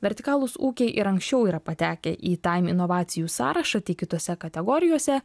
vertikalūs ūkiai ir anksčiau yra patekę į taim inovacijų sąrašą tik kitose kategorijose